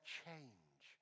change